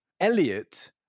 Elliot